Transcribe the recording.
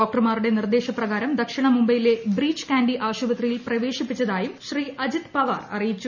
ഡോക്ടർമാരുടെ നിർദേശപ്രകാരം ദക്ഷിണ മുംബൈയിലെ ബ്രീച്ച് കാൻഡി ആശുപത്രിയിൽ പ്രവേശിപ്പിച്ചതായും ശ്രീ അജിത് പവാർ അറിയിച്ചു